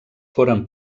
foren